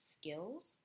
skills